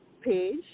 page